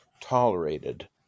tolerated